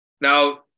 Now